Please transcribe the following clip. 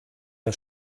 der